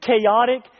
chaotic